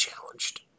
challenged